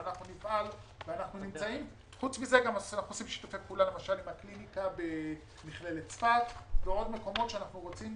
אנחנו גם עושים שיתוף פעולה עם הקליניקה במכללת צפת ומקומות בפריפריה